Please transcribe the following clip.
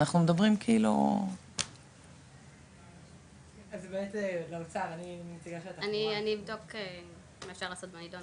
אנחנו מדברים כאילו --- אני אבדוק מה אפשר לעשות בנדון,